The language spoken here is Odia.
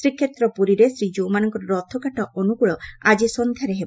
ଶ୍ରୀକ୍ଷେତ୍ର ପୁରୀରେ ଶ୍ରୀଜୀଉଙ୍କର ରଥକାଠ ଅନୁକୁଳ ଆଜି ସଂଧାରେ ହେବ